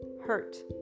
hurt